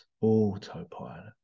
autopilot